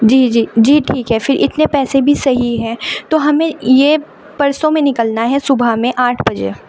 جی جی جی ٹھیک ہے پھر اتنے پیسے بھی صحیح ہیں تو ہمیں یہ پرسوں میں نکلنا ہے صبح میں آٹھ بجے